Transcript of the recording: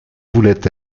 voulait